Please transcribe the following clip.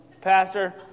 pastor